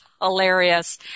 hilarious